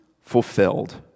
fulfilled